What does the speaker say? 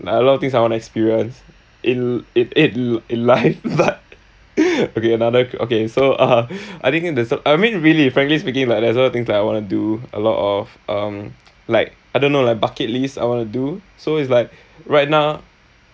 like a lot of things I wanna experience in in in life but okay another okay so uh I think there's a I mean really frankly speaking like there's a lot of things like I wanna do a lot of um like I don't know like bucket list I wanna do so it's like right now